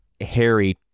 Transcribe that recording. Harry